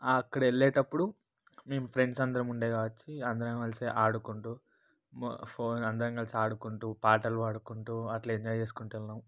ఆక్కడెకెళ్ళేటప్పుడు మేం ఫ్రెండ్సందరం ఉండేదాచ్చి అందరం కలిసి ఆడుకుంటు మొ ఫో అందరం కలిసి ఆడుకుంటూ పాటలు పాడుకుంటు అట్లా ఎంజాయ్ చేసుకుంటూ వెళ్లాం